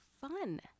fun